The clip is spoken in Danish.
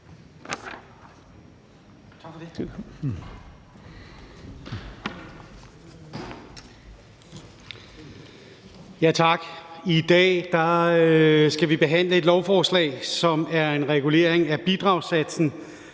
I dag skal vi behandle et lovforslag, som drejer sig om en regulering af bidragssatsen